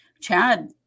Chad